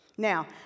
Now